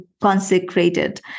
consecrated